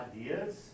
ideas